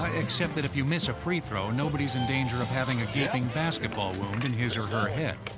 ah except that if you miss a free throw, nobody's in danger of having a gaping basketball wound in his or her head.